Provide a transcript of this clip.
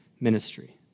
ministry